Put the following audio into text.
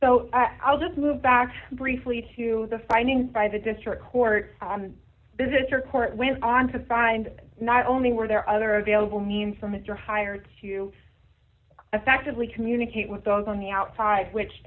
so i'll just move back briefly to the findings by the district court visitor court went on to find not only were there other available means for mr hire to effectively communicate with those on the outside which